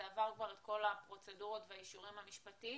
זה עבר את כל הפרוצדורות והאישורים המשפטיים.